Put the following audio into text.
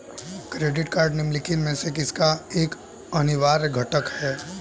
Credit card निम्नलिखित में से किसका एक अनिवार्य घटक है?